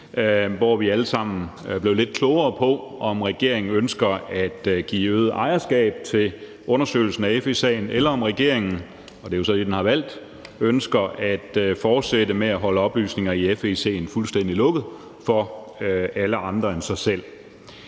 hvor vi alle sammen blev lidt klogere på, om regeringen ønsker at give øget ejerskab til undersøgelsen af FE-sagen, eller om regeringen, og det er jo så det, den har valgt, ønsker at fortsætte med at holde oplysninger i FE-sagen fuldstændig skjult for alle andre end sig selv.